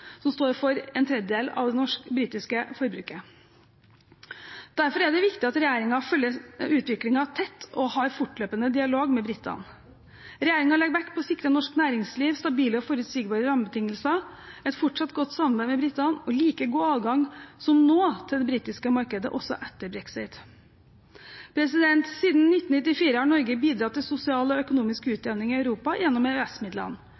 som står for en tredjedel av det britiske forbruket. Derfor er det viktig at regjeringen følger utviklingen tett og har fortløpende dialog med britene. Regjeringen legger vekt på å sikre norsk næringsliv stabile og forutsigbare rammebetingelser, et fortsatt godt samarbeid med britene og like god adgang som nå til det britiske markedet også etter brexit. Siden 1994 har Norge bidratt til sosial og økonomisk